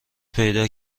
پیدا